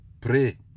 pray